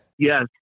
Yes